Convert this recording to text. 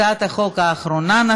התשע"ז 2017,